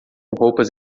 roupas